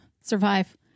survive